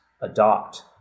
adopt